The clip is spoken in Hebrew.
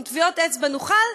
עם טביעות אצבע נוכל.